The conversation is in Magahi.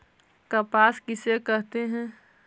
कपास किसे कहते हैं?